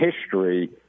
history